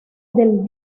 del